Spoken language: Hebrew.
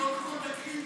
תקריאי.